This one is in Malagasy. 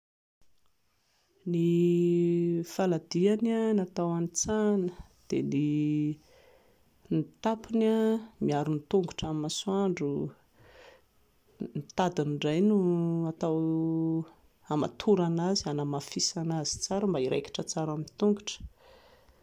Ny faladiany natao hanitsahana, dia ny tampony miaro ny tongotra amin'ny masoandro, ny tadiny indray no natao hamatorana azy, hanamafisana azy tsara mba hiraikitra tsara amin'ny tongotra